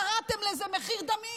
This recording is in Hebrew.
קראתם לזה מחיר דמים,